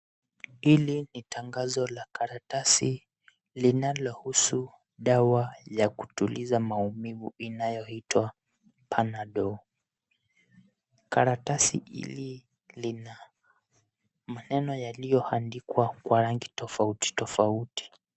Hili ni tangazo la karatasi linalohusu dawa ya kutuliza maumivu inayoitwa Panadol. Karatasi hili lina maneno yaliyoandikwa kwa rangi tofauti tofauti.